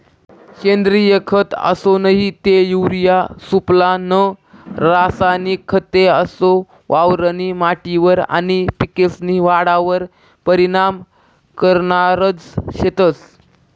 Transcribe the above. सेंद्रिय खत असो नही ते युरिया सुफला नं रासायनिक खते असो वावरनी माटीवर आनी पिकेस्नी वाढवर परीनाम करनारज शेतंस